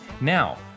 Now